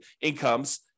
incomes